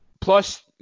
plus